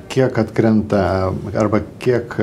kiek atkrenta arba kiek